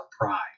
pride